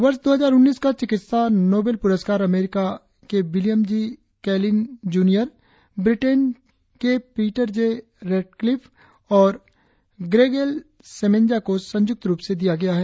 वर्ष दो हजार उन्नीस का चिकित्सा नोबेल पुरस्कार America William G Kaelin junior Britain Peter J Ratcliffe और ग्रेग एल सेमेंजा को संयुक्त रुप से दिया गया है